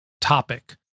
topic